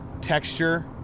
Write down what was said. texture